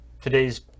today's